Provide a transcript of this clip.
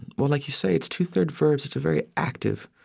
well, like you say, it's two-thirds verbs. it's a very active,